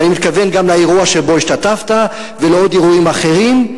ואני מתכוון גם לאירוע שבו השתתפת ולעוד אירועים אחרים,